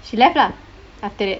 she left lah after that